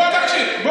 בוא תקשיב.